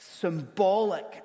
symbolic